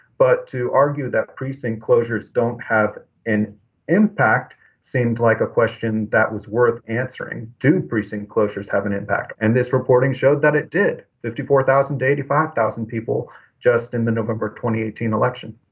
but to argue that precinct closures don't have an impact seemed like a question that was worth answering. do precinct closures have an impact? and this reporting showed that it did. fifty four thousand eighty five thousand people just in the november twenty eighteen election.